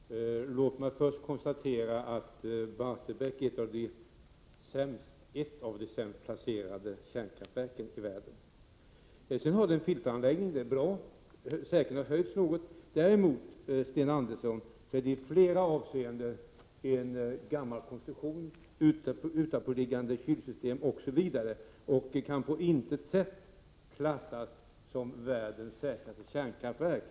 Fru talman! Låt mig först konstatera att Barsebäcksverket är ett av de sämst placerade kärnkraftverken i världen. Att det har en filteranläggning är bra. Säkerheten höjs då något. Däremot, Sten Andersson i Malmö, är det i flera avseenden av gammal konstruktion med utanpåliggande kylsystem osv. och kan på intet sätt klassas som världens säkraste kärnkraftverk.